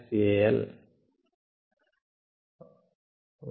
yA m xAL